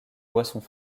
boissons